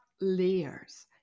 layers